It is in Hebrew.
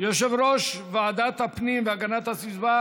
יושב-ראש ועדת הפנים והגנת הסביבה